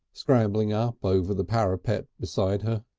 scrambling up over the parapet beside her.